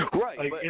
right